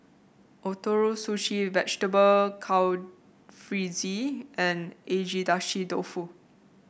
Ootoro Sushi Vegetable Jalfrezi and Agedashi Dofu